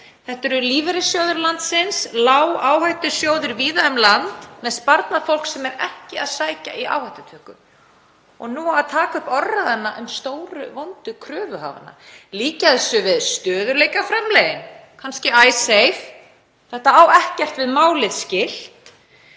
þetta eru lífeyrissjóðir landsins, lágáhættusjóðir víða um land með sparnað fólks sem er ekki að sækja í áhættutöku og nú á að taka upp orðræðuna um stóru vondu kröfuhafana, líkja þessu við stöðugleikaframlögin, kannski Icesave. Þetta á ekkert við málið skylt.